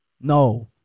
No